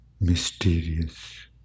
Mysterious